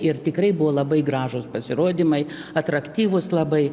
ir tikrai buvo labai gražūs pasirodymai atraktyvūs labai